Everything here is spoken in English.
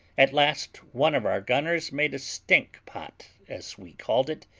at last, one of our gunners made a stink-pot, as we called it,